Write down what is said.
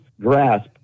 grasp